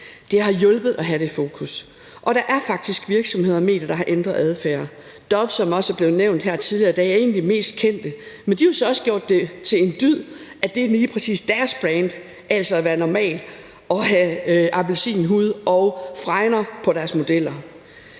Det har hjulpet at have det fokus, og der er faktisk virksomheder og medier, der har ændret adfærd. Dove, som også er blevet nævnt her tidligere i dag, er en af de mest kendte, men de har så også gjort det til en dyd, at det lige præcis er deres brand, at man skal være normal, og de har appelsinhud og fregner på deres modeller.